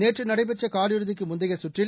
நேற்றுநடைபெற்றகாவிறுதிக்குமுந்தையகற்றில்